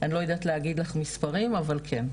אני לא יודעת להגיד לך מספרים, אבל כן.